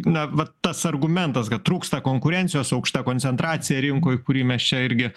na va tas argumentas kad trūksta konkurencijos aukšta koncentracija rinkoj kurį mes čia irgi